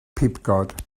pibgod